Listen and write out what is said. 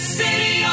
city